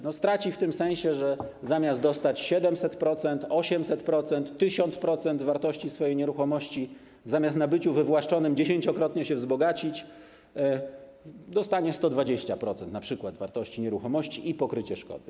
Taka osoba straci w tym sensie, że zamiast dostać 700%, 800%, 1000% wartości swojej nieruchomości, zamiast na byciu wywłaszczonym 10-krotnie się wzbogacić, dostanie 120% np. wartości nieruchomości i środki na pokrycie szkody.